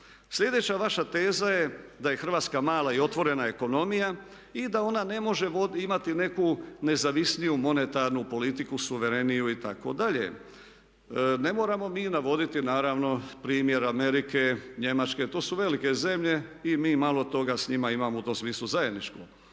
Sljedeća vaša teza je da je Hrvatska mala i otvorena ekonomija i da ona ne može imati neku nezavisniju monetarnu politiku suvereniju itd. Ne moramo mi navoditi naravno primjer Amerike, Njemačke, to su velike zemlje i mi malo toga s njima imamo u tom smislu zajedničko.